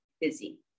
busy